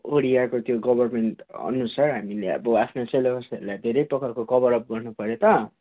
उडियाको त्यो गभर्नमेन्टअनुसार हामीले अब आफ्नो सिलेबसहरूलाई धेरै प्रकारको कभरअप गर्नुपऱ्यो त